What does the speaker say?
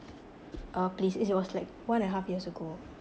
uh please it was like one and a half years ago